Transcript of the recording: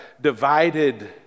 divided